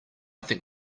think